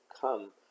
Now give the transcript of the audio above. come